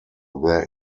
there